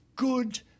good